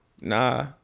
nah